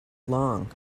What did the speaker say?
long